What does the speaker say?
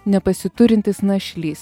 nepasiturintis našlys